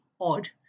odd